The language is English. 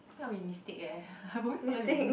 I think I'll be a mistake eh I'll probably